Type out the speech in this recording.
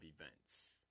events